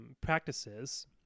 practices